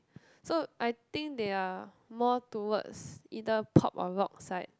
so I think they are more towards either pop or rock side